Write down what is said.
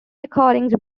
recordings